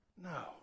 no